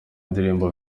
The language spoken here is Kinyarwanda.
indirimbo